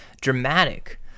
dramatic